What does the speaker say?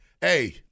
Hey